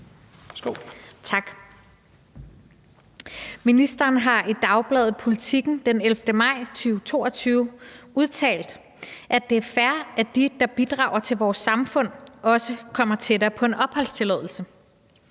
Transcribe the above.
(EL): Ministeren har i dagbladet Politiken den 11. maj 2022 udtalt, at »det er fair, at de, der bidrager til vores samfund, også kommer tættere på en opholdstilladelse.